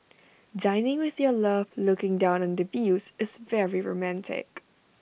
dining with your love looking down on the views is very romantic